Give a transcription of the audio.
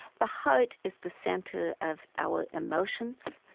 the heart is the center of our emotions,